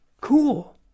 Cool